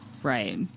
Right